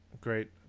great